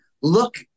look